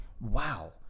wow